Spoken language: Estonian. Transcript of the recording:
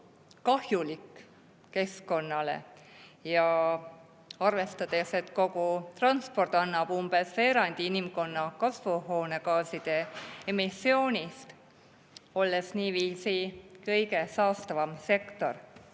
kahjulik keskkonnale, ja arvestades, et kogu transpordi[sektor] annab umbes veerandi inimkonna kasvuhoonegaaside emissioonist, olles niiviisi kõige saastavam sektor,